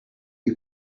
you